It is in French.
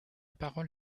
parole